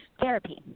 therapy